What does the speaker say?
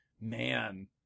man